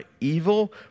evil